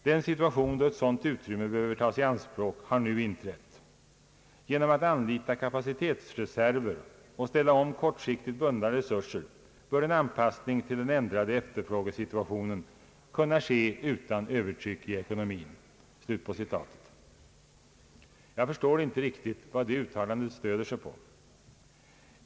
Den situation då ett sådant utrymme behöver tas i anspråk har nu inträtt. Genom att anlita kapacitetsreserver och ställa om kortsiktigt bunda resurser bör en anpassning till den ändrade efterfrågesituationen kunna ske utan övertryck i ekonomin.» Jag förstår inte riktigt vad det uttalandet stöder sig på.